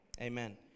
amen